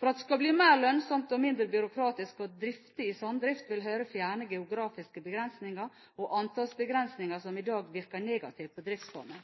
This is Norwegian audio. For at det skal bli mer lønnsomt og mindre byråkratisk å drifte i samdrift, vil Høyre fjerne geografiske begrensninger og antallsbegrensninger som i dag virker negativt for driftsformen.